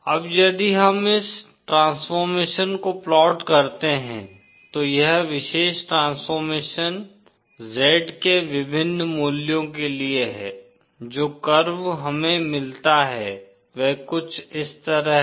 अब यदि हम इस ट्रांसफॉर्मेशन को प्लॉट करते हैं तो यह विशेष ट्रांसफॉर्मेशन Z के विभिन्न मूल्यों के लिए है जो कर्व हमें मिलता है वह कुछ इस तरह है